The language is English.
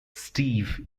steve